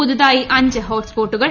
പുതിയതായി അഞ്ച് ഹോട്ട് സ്പോട്ടുകൾ